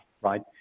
right